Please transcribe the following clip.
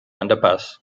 underpass